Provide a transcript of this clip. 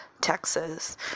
Texas